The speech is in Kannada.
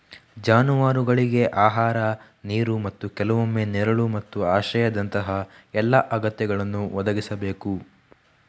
ಜಾನುವಾರುಗಳಿಗೆ ಆಹಾರ, ನೀರು ಮತ್ತು ಕೆಲವೊಮ್ಮೆ ನೆರಳು ಮತ್ತು ಆಶ್ರಯದಂತಹ ಎಲ್ಲಾ ಅಗತ್ಯಗಳನ್ನು ಒದಗಿಸಬೇಕು